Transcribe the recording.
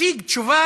הציג תשובה